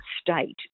state